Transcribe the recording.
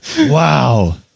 Wow